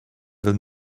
will